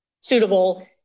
suitable